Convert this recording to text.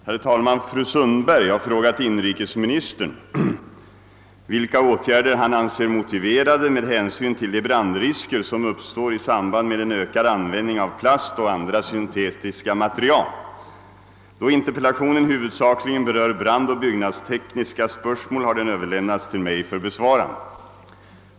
Herr talman! Fru Sundberg har frågat inrikesministern vilka åtgärder han anser motiverade med hänsyn till de brandrisker som uppstår i samband med en ökad användning av plast och andra syntetiska material. Då interpellationen huvudsakligen berör brandoch byggnadstekniska spörsmål har den överlämnats till mig för besvarande.